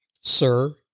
sir